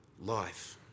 life